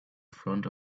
front